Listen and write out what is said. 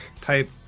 type